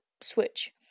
switch